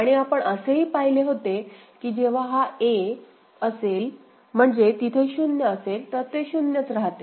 आणि आपण असेही पाहिले होते कि जेव्हा हा a असेल म्हणजे तिथे 0 असेल तर ते शून्यच राहते